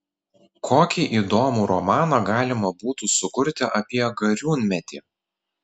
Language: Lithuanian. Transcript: kokį įdomų romaną galima būtų sukurti apie gariūnmetį